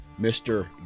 mr